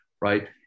Right